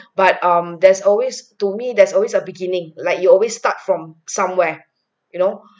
but um there's always to me there's always a beginning like you always start from somewhere you know